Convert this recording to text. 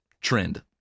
trend